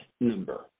number